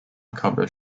cover